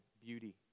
beauty